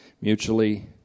mutually